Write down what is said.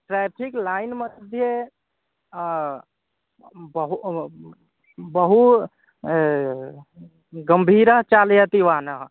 traffic lane मध्ये बहु बहु गम्भीरतया चालयति वाहनं